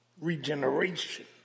regeneration